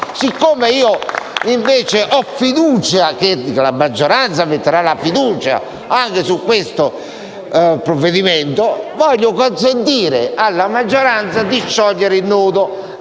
Siccome io invece sono fiducioso che la maggioranza metterà la fiducia anche su questo provvedimento, voglio consentire alla maggioranza stessa di sciogliere il nodo.